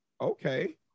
Okay